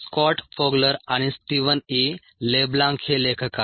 Scott Fogler आणि Steven E LeBlanc हे लेखक आहेत